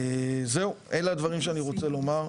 זהו, אלה הדברים שאני רוצה לומר.